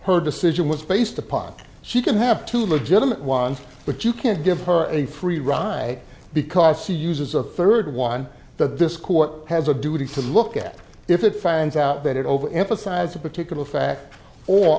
her decision was based upon she can have two legitimate ones but you can't give her a free ride because she uses a third one that this court has a duty to look at if it finds out that it over emphasize a particular fact or